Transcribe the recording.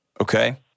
Okay